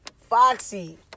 Foxy